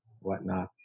whatnot